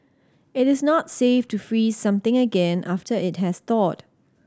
it is not safe to freeze something again after it has thawed